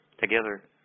together